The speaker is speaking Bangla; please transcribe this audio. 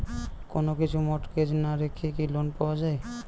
কোন কিছু মর্টগেজ না রেখে কি লোন পাওয়া য়ায়?